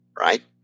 right